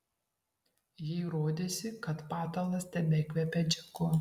jai rodėsi kad patalas tebekvepia džeku